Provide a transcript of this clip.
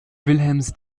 wilhelms